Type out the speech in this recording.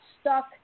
stuck